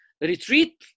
retreat